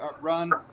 run